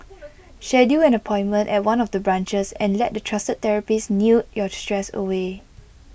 schedule an appointment at one of the branches and let the trusted therapists knead your stress away